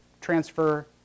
transfer